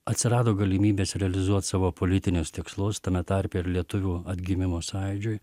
atsirado galimybės realizuot savo politinius tikslus tame tarpe ir lietuvių atgimimo sąjūdžiui